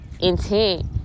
intent